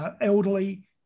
elderly